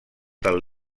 del